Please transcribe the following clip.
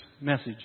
message